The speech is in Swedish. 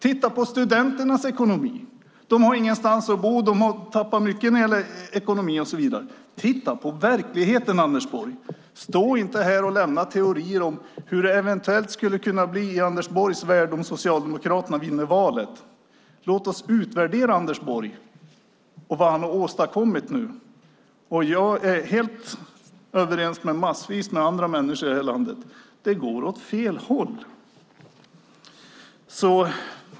Titta på studenternas ekonomi! De har ingenstans att bo, har tappat mycket när det gäller ekonomi och så vidare. Titta på verkligheten, Anders Borg! Stå inte här och lämna teorier om hur det eventuellt skulle kunna bli i Anders Borgs värld om Socialdemokraterna vinner valet. Låt oss utvärdera Anders Borg och vad han har åstadkommit. Jag är helt överens med massvis med andra människor i det här landet: Det går åt fel håll.